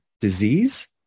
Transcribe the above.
disease